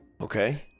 Okay